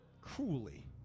cruelly